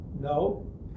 No